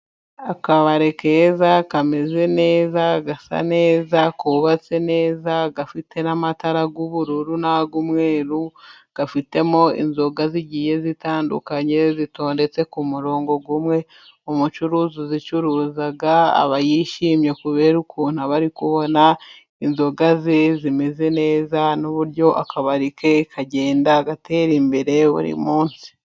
Akabari keza， kameze neza， gasa neza， kubatse neza， gafite n'amatara y'ubururu n'ay’umweru， gafitemo inzoga zigiye zitandukanye， zitondetse ku murongo umwe. Umucuruzi uzicuruza aba yishimye， kubera ukuntu aba ari kubona inzoga ze zimeze neza， n'uburyo akabari ke， kagenda gatera imbere buri munsi.